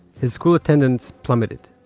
his school attendance plummeted.